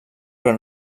però